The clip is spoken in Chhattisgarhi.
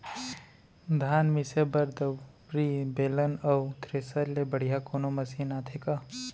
धान मिसे बर दंवरि, बेलन अऊ थ्रेसर ले बढ़िया कोनो मशीन आथे का?